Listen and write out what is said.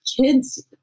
kids